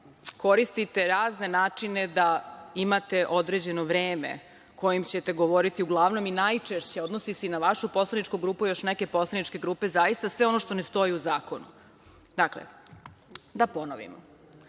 koristite razne načine da imate određeno vreme kojim ćete govoriti, uglavnom i najčešće odnosi se i na vašu poslaničku grupu i još neke poslaničke grupe, zaista sve ono što ne stoji u zakonu. Dakle, da ponovimo,